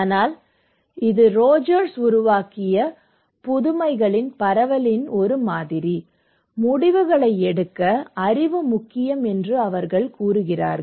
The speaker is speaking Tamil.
ஆனால் இது ரோஜர்ஸ் உருவாக்கிய புதுமைகளின் பரவலின் ஒரு மாதிரி முடிவுகளை எடுக்க அறிவு முக்கியம் என்று அவர்கள் கூறுகிறார்கள்